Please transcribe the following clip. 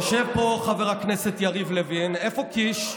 יושב פה חבר הכנסת יריב לוין, איפה קיש?